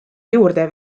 juurde